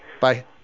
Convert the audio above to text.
Bye